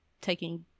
taking